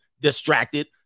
distracted